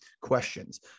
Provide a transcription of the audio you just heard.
questions